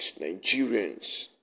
Nigerians